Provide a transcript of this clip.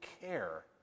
care